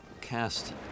cast